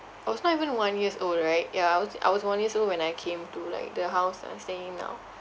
I was not even one years old right ya I was I was one years old when I came to like the house I'm staying now